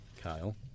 Kyle